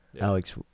Alex